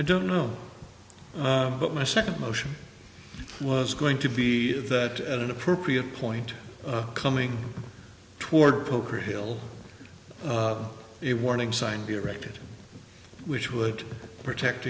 i don't know but my second emotion was going to be that at an appropriate point coming toward poker hill it warning sign directed which would protect